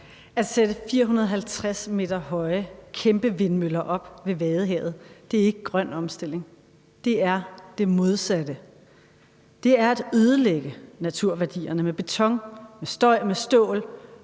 At sætte 450 m høje kæmpevindmøller ved Vadehavet er ikke grøn omstilling. Det er det modsatte; det er at ødelægge naturværdierne med beton, med støj, med stål